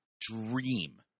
dream